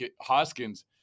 Hoskins